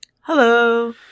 Hello